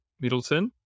Middleton